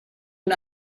and